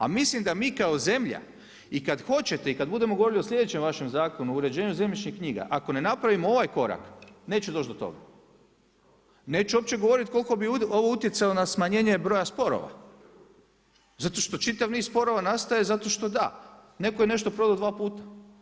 A mislim da mi kao zemlja i kad hoćete i kad budemo govorili o slijedećem vašem Zakonu o uređenju zemljišnih knjiga, ako ne napravimo ovaj korak, neće doći do toga- neću uopće govoriti koliko bi ovo utjecalo na smanjenje broja sporova zato što čitav niz sporova nastaje zato što da, netko je nešto prodao dva puta.